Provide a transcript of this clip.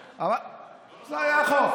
זה היה החוק,